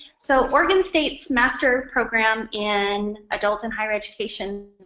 so oregon state's master program in adult and higher education,